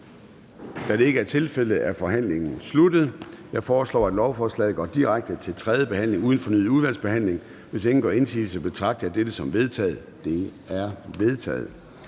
af et flertal (S, V, M og SF)? Det er vedtaget. Jeg foreslår, at lovforslaget går direkte til tredje behandling uden fornyet udvalgsbehandling. Hvis ingen gør indsigelse, betragter jeg dette som vedtaget. Det er vedtaget.